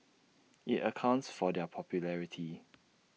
IT accounts for their popularity